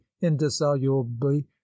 indissolubly